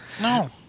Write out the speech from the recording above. no